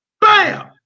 bam